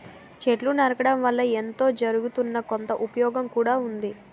చెట్లు నరకడం వల్ల ఎంతో జరగుతున్నా, కొంత ఉపయోగం కూడా ఉంది